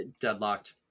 Deadlocked